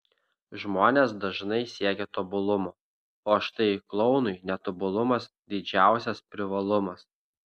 žmonės dažnai siekia tobulumo o štai klounui netobulumas didžiausias privalumas